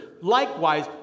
likewise